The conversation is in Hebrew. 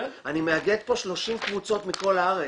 אני מאגד פה 30 קבוצות מכל הארץ,